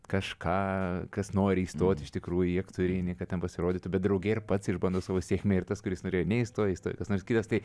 kažką kas nori įstot iš tikrųjų į aktorinį kad ten pasirodytų bet drauge ir pats išbando savo sėkmę ir tas kuris norėjo neįstojo įstojo kas nors kitas tai